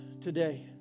today